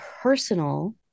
personal